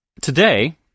Today